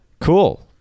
cool